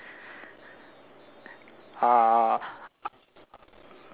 uh